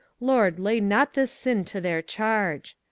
lord, lay not this sin to their charge.